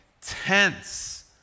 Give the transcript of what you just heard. tense